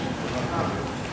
4262,